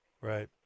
Right